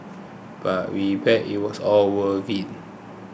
but we bet it was all worth it